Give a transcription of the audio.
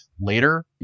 later